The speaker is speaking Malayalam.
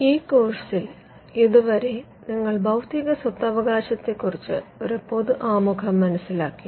ഈ കോഴ്സിൽ ഇത് വരെ നിങ്ങൾ ബൌദ്ധിക സ്വത്തവകാശത്തെ കുറിച്ച് ഒരു പൊതു ആമുഖം മനസിലാക്കി